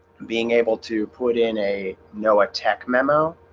being able to put in a noaa tech memo